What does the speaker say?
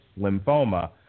lymphoma